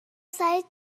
سعید